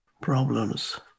problems